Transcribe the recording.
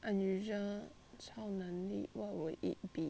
unusual 超能力 what would it be